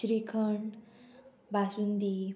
shrikhand basundi